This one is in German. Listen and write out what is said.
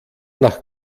nach